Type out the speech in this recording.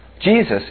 Jesus